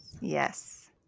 Yes